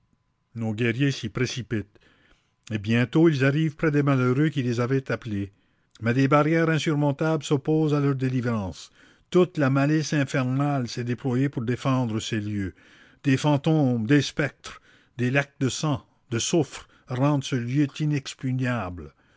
nos guerriers s'y précipitent et bientôt ils arrivent près des malheureux qui les avaient appelés mais des barrières insurmontables s'opposent à leur délivrance toute la malice infernale s'est déployée pour défendre ces lieux des fantômes des spectres des lacs de sang de souffre rendent ce lieu